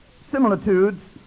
similitudes